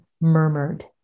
murmured